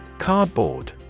Cardboard